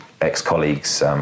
ex-colleagues